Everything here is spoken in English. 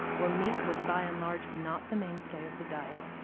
where meat was by and large not the mainstay of the diet,